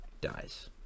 dies